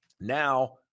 Now